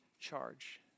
charge